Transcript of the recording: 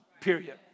period